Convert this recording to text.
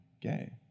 gay